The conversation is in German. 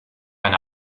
eine